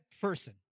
person